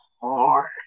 hard